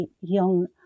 young